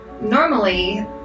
normally